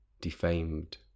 Defamed